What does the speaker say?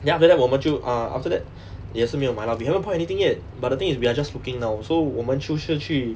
then after that 我们就 ah after that 也是没有买 lah we haven't found anything yet but the thing is we are just looking now so 我们出去去